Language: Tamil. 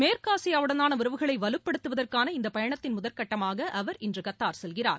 மேற்காசியாவுடனான உறவுகளை வலுப்படுத்துவதற்கான இந்தப் பயணத்தின் முதற்கட்டமாக அவர் இன்று கத்தார் செல்கிறார்